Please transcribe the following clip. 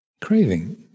craving